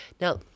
Now